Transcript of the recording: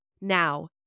Now